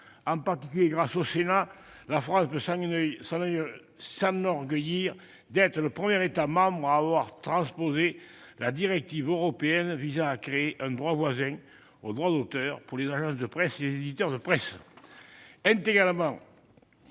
En particulier, grâce au Sénat, la France peut s'enorgueillir d'être le premier État membre à avoir transposé la directive européenne tendant à créer un droit voisin au droit d'auteur pour les agences de presse et les éditeurs de presse.